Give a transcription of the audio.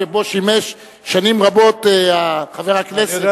שבה שימש שנים רבות חבר הכנסת בילסקי.